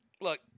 Look